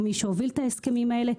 הוא מי שהוביל את ההסכמים האלה.